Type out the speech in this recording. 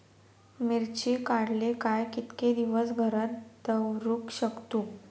मिर्ची काडले काय कीतके दिवस घरात दवरुक शकतू?